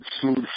smooth